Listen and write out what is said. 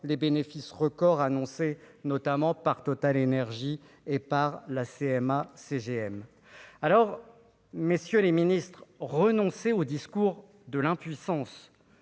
les bénéfices records annoncés notamment par Total énergies et par la CMA CGM, alors messieurs les Ministres, renoncer au discours de l'impuissance,